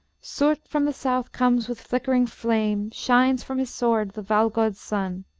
surt from the south comes with flickering flame shines from his sword the valgod's sun.